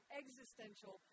existential